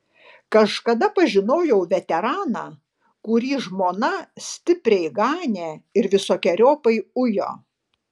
kažkada pažinojau veteraną kurį žmona stipriai ganė ir visokeriopai ujo